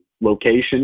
location